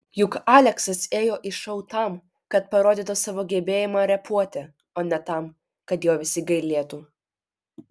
juk aleksas ėjo į šou tam kad parodytų savo gebėjimą repuoti o ne tam kad jo visi gailėtų